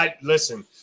Listen